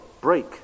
break